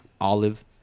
olive